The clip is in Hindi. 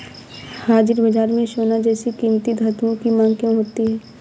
हाजिर बाजार में सोना जैसे कीमती धातुओं की मांग क्यों होती है